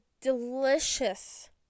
delicious